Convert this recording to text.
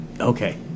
okay